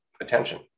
attention